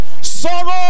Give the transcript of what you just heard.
Sorrow